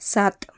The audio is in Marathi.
सात